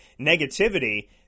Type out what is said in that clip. negativity